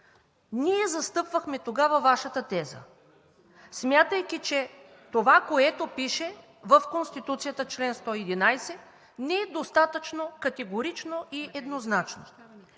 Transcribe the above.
Ние застъпвахме тогава Вашата теза, смятайки, че това, което пише в Конституцията – чл. 111, не е достатъчно категорично и еднозначно.